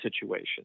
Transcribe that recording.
situation